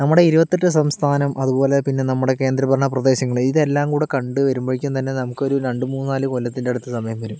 നമ്മുടെ ഇരുപത്തി എട്ട് സംസ്ഥാനം അതുപോലെ പിന്നെ നമ്മുടെ കേന്ദ്രഭരണപ്രദേശങ്ങള് ഇതെല്ലാം കൂടി കണ്ടു വരുമ്പോഴേക്കും തന്നെ നമുക്കൊരു രണ്ട് മൂന്ന് നാല് കൊല്ലത്തിനടുത്ത് സമയം വരും